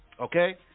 Okay